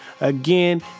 again